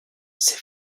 ses